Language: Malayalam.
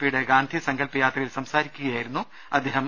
പിയുടെ ഗാന്ധി സങ്കൽപ് യാത്രയിൽ സംസാരിക്കുകയായിരുന്നു അദ്ദേഹം